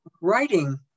writing